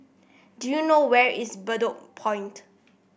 do you know where is Bedok Point